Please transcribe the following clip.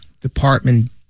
department